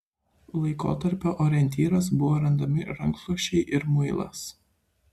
laikotarpio orientyras buvo randami rankšluosčiai ir muilas